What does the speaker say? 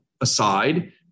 aside